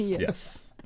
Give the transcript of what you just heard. Yes